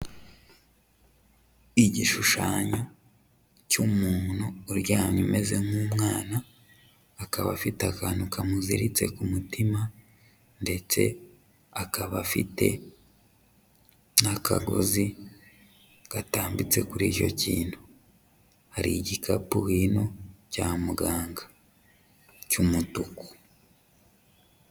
Igishushanyo cy'umuntu uryamye umeze nk'umwana, akaba afite akantu kamuziritse ku mutima ndetse akaba afite n'akagozi gatambitse kuri icyo kintu, hari igikapu hino cya muganga cy'umutuku.